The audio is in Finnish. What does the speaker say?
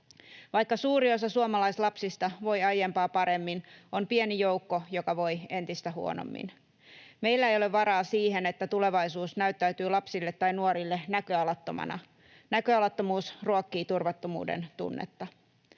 Vaikka suuri osa suomalaislapsista voi aiempaa paremmin, on pieni joukko, joka voi entistä huonommin. Meillä ei ole varaa siihen, että tulevaisuus näyttäytyy lapsille tai nuorille näköalattomana. Näköalattomuus ruokkii turvattomuuden tunnetta.